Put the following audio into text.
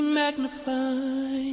magnify